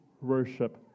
worship